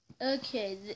Okay